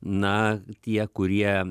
na tie kurie